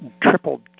tripled